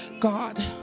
God